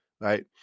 Right